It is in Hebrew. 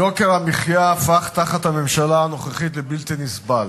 יוקר המחיה הפך תחת הממשלה הנוכחית לבלתי נסבל,